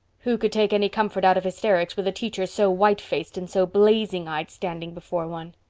who could take any comfort out of hysterics with a teacher so white-faced and so blazing-eyed standing before one?